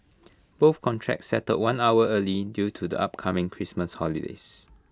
both contracts settled one hour early due to the upcoming Christmas holidays